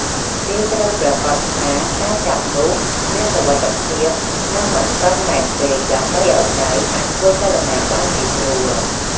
គេត្រូវប្រាកដថាការចាប់នោះមាន សុវត្ថិភាព និងមិនតឹងណែនពេក ដើម្បីឲ្យដៃអាចធ្វើចលនាបានងាយស្រួល។